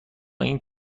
این